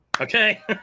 okay